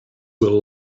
will